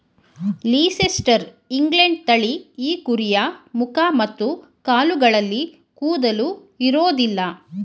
Leicester England ತಳಿ ಈ ಕುರಿಯ ಮುಖ ಮತ್ತು ಕಾಲುಗಳಲ್ಲಿ ಕೂದಲು ಇರೋದಿಲ್ಲ